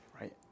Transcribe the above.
right